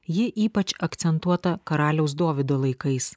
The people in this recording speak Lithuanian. ji ypač akcentuota karaliaus dovydo laikais